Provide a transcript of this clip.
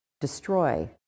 destroy